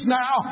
now